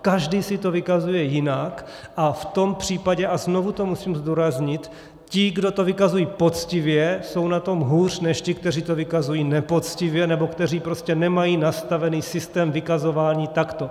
Každý si to vykazuje jinak, a v tom případě, a znovu to musím zdůraznit, ti, kdo to vykazují poctivě, jsou na tom hůř než ti, kteří to vykazují nepoctivě nebo kteří prostě nemají nastavený systém vykazování takto.